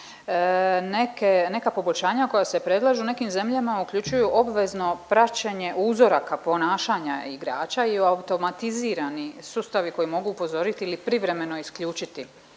Neka poboljšanja koja se predlažu u nekim zemljama uključuju obvezno praćenje uzoraka ponašanja igrača i automatizirani sustavi koji mogu upozoriti ili privremeno isključiti